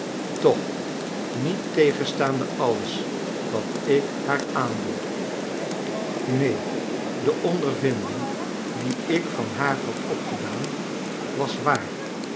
toch niettegenstaande alles wat ik haar aandoe neen de ondervinding die ik van haar had opgedaan was waar